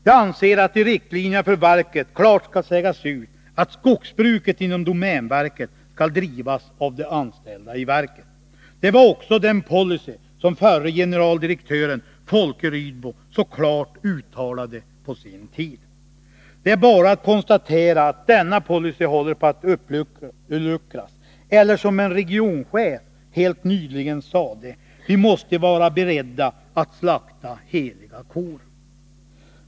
Jag anser att det i riktlinjerna för verket klart skall sägas ut att skogsbruket inom domänverket skall drivas av de anställda i verket. Det var också den policy som förre generaldirektören Folke Rydbo så klart uttalade på sin tid. Det är bara att konstatera att denna policy håller på att uppluckras— eller, som en regionchef helt nyligen sade: vi måste vara beredda att slakta heliga kor.